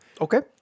Okay